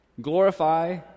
glorify